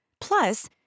Plus